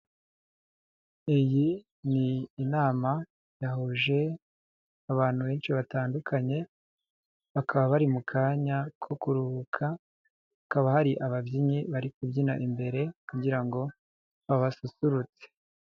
Iyi ni inama yahuje abantu benshi batandukanye, bakaba bari mu kanya ko kuruhuka, hakaba hari ababyinnyi bari kubyina imbere kugira ngo babasusurutse.